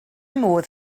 modd